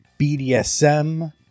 BDSM